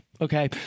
okay